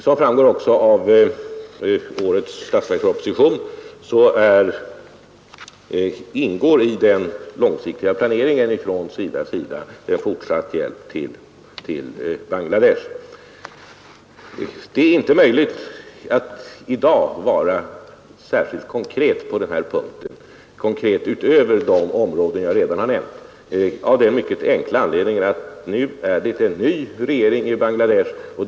Som framgår också av årets statsverksproposition ingår i den långsiktiga planeringen hos SIDA en fortsatt hjälp till Bangladesh. Det är inte möjligt att i dag vara särskilt konkret på den här punkten, utöver de områden jag redan har nämnt, av den mycket enkla anledningen att nu är det en ny regering i Bangladesh.